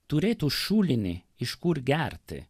turėtų šulinį iš kur gerti